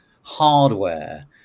hardware